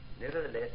Nevertheless